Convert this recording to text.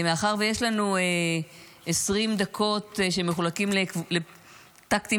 מאחר שיש לנו 20 דקות שמחולקות לטקטים